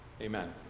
Amen